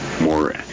more